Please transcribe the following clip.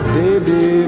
baby